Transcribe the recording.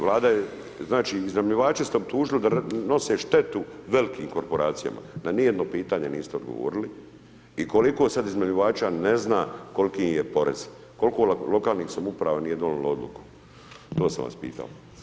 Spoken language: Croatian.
Vlada je, znači iznajmljivače ste optužili da nose štetu velikim korporacijama, na ni jedno pitanje niste odgovorili, i koliko sad iznajmljivača ne zna kol'ki im je porez, kol'ko lokalnih samouprava nije donilo Odluku, to sam vas pitao.